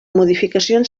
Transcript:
modificacions